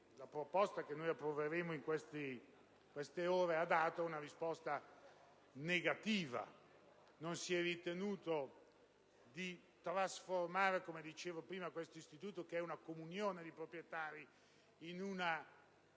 La proposta che noi approveremo in queste ore ha dato una risposta negativa. Non si è ritenuto di trasformare, come dicevo prima, questo istituto, che è una comunione di proprietari, in una